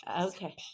Okay